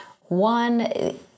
one